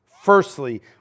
firstly